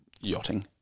yachting